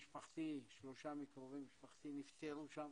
שלושה מקרובי משפחתי נפטרו שם.